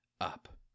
up